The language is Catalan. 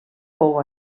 fou